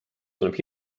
tunneb